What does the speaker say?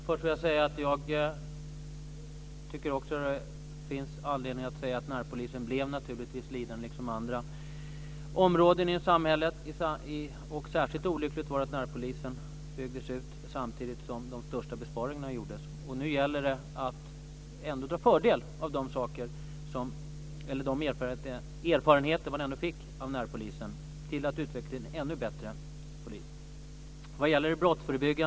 Fru talman! Först vill jag säga att jag också tycker att det finns anledning att säga att närpolisen naturligtvis blev lidande liksom andra områden i samhället. Särskilt olyckligt var det att närpolisen byggdes ut samtidigt som de största besparingarna gjordes. Nu gäller det att ta lärdom av de erfarenheter som man ändå fick av närpolisen, så att man kan utveckla en ännu bättre polis.